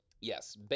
yes